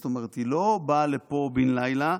זאת אומרת היא לא באה לפה בן לילה,